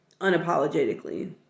unapologetically